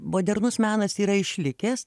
modernus menas yra išlikęs